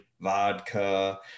vodka